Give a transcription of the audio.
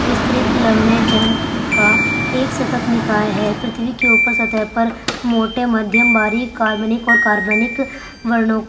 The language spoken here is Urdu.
وسترت کا ایک ستت نکائے ہے پرتھوی کے اوپر سطح پر موٹے مدھیم باریک کاربنک اور کاربنک ورنوں